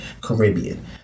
Caribbean